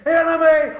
enemy